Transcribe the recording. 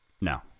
No